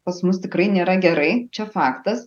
pas mus tikrai nėra gerai čia faktas